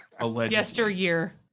yesteryear